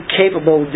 capable